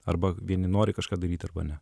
arba vieni nori kažką daryt arba ne